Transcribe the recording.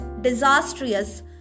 disastrous